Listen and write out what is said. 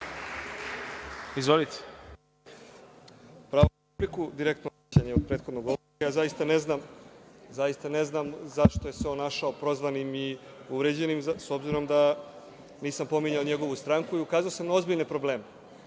izvolite. **Srđan Nogo** Replika, direktno obraćanje prethodnog govornika. Zaista ne znam zašto se on našao prozvanim i uvređenim, s obzirom da nisam pominjao njegovu stranku i ukazao sam na ozbiljne probleme.